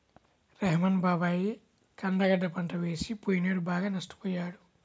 రెహ్మాన్ బాబాయి కంద గడ్డ పంట వేసి పొయ్యినేడు బాగా నష్టపొయ్యాడు